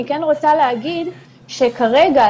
אני רוצה להגיד שכרגע,